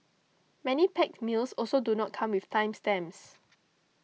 many packed meals also do not come with time stamps